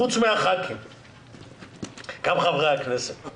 חוץ מחברי הכנסת.